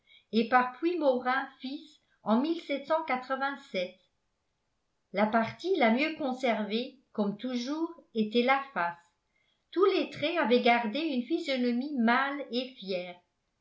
et par puymaurin fils en la partie la mieux conservée comme toujours était la face tous les traits avaient gardé une physionomie mâle et fière